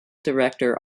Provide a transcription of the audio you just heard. director